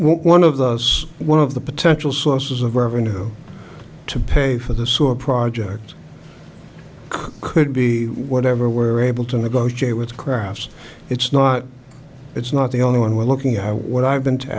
one of those one of the potential sources of revenue to pay for the sewer project could be whatever were able to negotiate with crafts it's not it's not the only one we're looking at what i've been